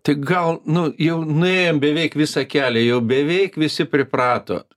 tai gal nu jau nuėjom beveik visą kelią jau beveik visi priprato